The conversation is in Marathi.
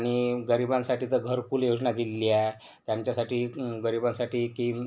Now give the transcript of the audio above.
आणि गरिबांसाठी तर घरकुल योजना दिलेली आहे त्यांच्यासाठी गरिबांसाठी की